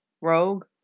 Rogue